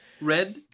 Red